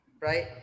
Right